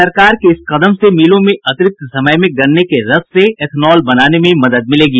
सरकार के इस कदम से मिलों में अतिरिक्त समय में गन्ने के रस से एथनॉल बनाने में मदद मिलेगी